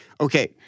okay